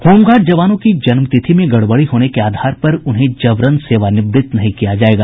home guard जवानों की जन्मतिथि में गड़बड़ी होने के आधार पर उन्हें जबरन सेवानिवृत्त नहीं किया जायेगा